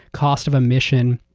cost of emission,